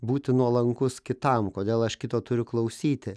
būti nuolankus kitam kodėl aš kito turiu klausyti